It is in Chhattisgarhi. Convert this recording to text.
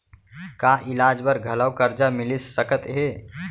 का इलाज बर घलव करजा मिलिस सकत हे?